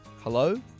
Hello